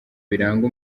biranga